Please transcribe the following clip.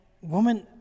Woman